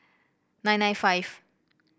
nine nine five